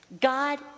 God